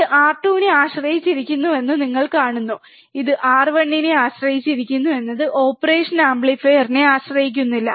ഇത് R2 നെ ആശ്രയിച്ചിരിക്കുന്നുവെന്ന് നിങ്ങൾ കാണുന്നു ഇത് R1 നെ ആശ്രയിച്ചിരിക്കുന്നു എന്നത് ഓപ്പറേഷൻ ആംപ്ലിഫയറിനെ ആശ്രയിക്കുന്നില്ല